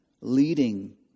leading